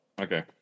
Okay